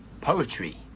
Poetry